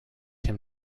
him